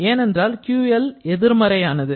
ஏனென்றால் QL எதிர்மறையானது